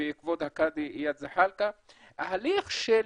וכבוד הקאדי איאד זחאלקה, ההליך של